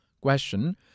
Question